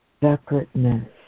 separateness